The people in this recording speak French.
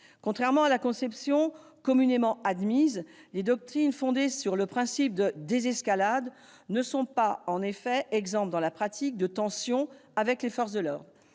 Contrairement à la conception communément admise, les doctrines fondées sur le principe de désescalade ne sont pas, en pratique, exemptes de tensions avec les forces de l'ordre.